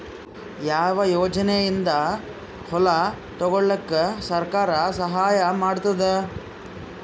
ಯಾವ ಯೋಜನೆಯಿಂದ ಹೊಲ ತೊಗೊಲುಕ ಸರ್ಕಾರ ಸಹಾಯ ಮಾಡತಾದ?